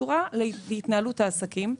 שקשורה להתנהלות העסקים,